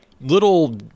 little